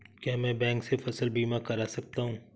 क्या मैं बैंक से फसल बीमा करा सकता हूँ?